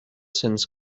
since